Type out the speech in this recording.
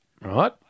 right